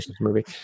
movie